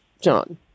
John